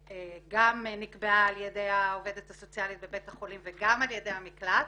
שגם נקבעה על ידי העובדת הסוציאלית בבית החולים וגם על ידי המקלט